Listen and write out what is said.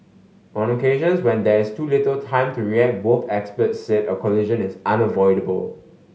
on occasions when there is too little time to react both experts said a collision is unavoidable